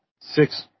six